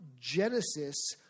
Genesis